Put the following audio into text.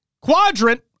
Quadrant